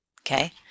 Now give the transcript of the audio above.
okay